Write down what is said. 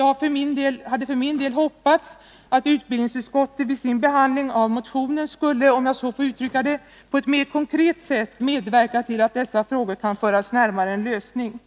Jag hade för min del hoppats att utbildningsutskottet vid sin behandling av motionen skulle, om jag så får uttrycka det, på ett mer konkret sätt medverka till att dessa frågor kan föras närmare en lösning.